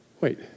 Wait